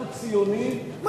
אנחנו ציונים,